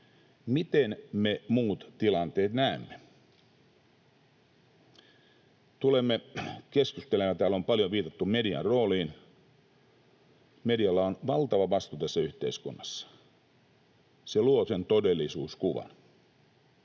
Miten me muut tilanteen näemme? Tulemme keskusteluun. Täällä on paljon viitattu median rooliin. Medialla on valtava vastuu tässä yhteiskunnassa. Se luo sen todellisuuskuvan.